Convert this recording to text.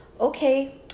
okay